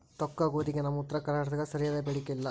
ತೊಕ್ಕಗೋಧಿಗೆ ನಮ್ಮ ಉತ್ತರ ಕರ್ನಾಟಕದಾಗ ಸರಿಯಾದ ಬೇಡಿಕೆ ಇಲ್ಲಾ